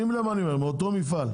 שים לב למה שאני אומר: מאותו מפעל.